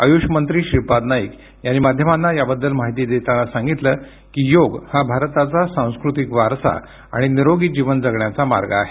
आयुष मंत्री श्रीपाद नाईक यांनी माध्यमांना याबद्दल माहिती देताना सांगितलं की योग हा भारताचा सांस्कृतिक वारसा आणि निरोगी जीवन जगण्याचा मार्ग आहे